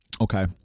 Okay